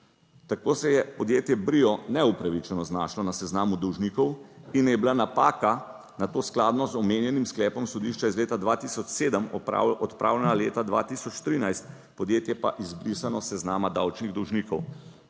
Tako se je podjetje Brio neupravičeno znašlo na seznamu dolžnikov in je bila napaka nato skladno z omenjenim sklepom sodišča iz leta 2007 odpravljena leta 2013, podjetje pa izbrisano s seznama davčnih dolžnikov.